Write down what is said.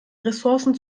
ressourcen